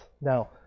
Now